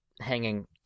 hanging